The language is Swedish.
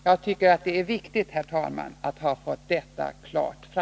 Det är, herr talman, viktigt att framhålla detta.